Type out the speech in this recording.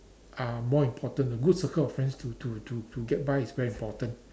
are more important the good circles of friends to to to to get by is very important